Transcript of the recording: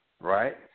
Right